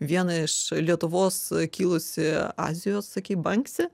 vieną iš lietuvos kilusį azijos sakei banksi